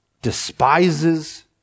despises